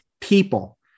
people